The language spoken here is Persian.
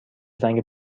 زنگ